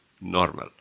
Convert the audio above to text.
normal